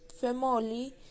family